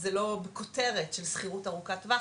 זו לא הכותרת של שכירות ברת השגה או ארוכת טווח,